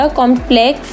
complex